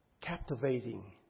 captivating